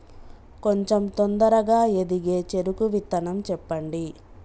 కొంచం తొందరగా ఎదిగే చెరుకు విత్తనం చెప్పండి?